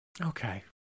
Okay